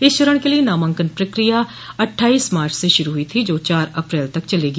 इस चरण के लिए नामांकन प्रक्रिया अठंठाइस मार्च से शुरू हुई थी जो चार अप्रैल तक चलेगी